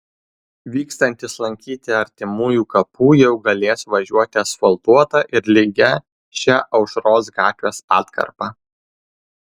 vykstantys lankyti artimųjų kapų jau galės važiuoti asfaltuota ir lygia šia aušros gatvės atkarpa